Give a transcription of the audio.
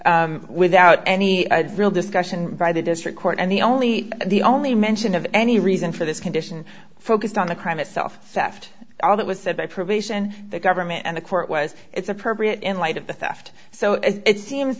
without any real discussion by the district court and the only the only mention of any reason for this condition focused on the crime itself saft all that was said by probation the government and the court was it's appropriate in light of the theft so as it seems